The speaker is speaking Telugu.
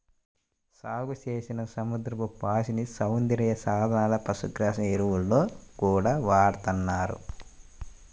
సాగుచేసిన సముద్రపు పాచిని సౌందర్య సాధనాలు, పశుగ్రాసం, ఎరువుల్లో గూడా వాడతన్నారు